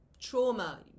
trauma